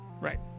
right